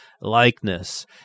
likeness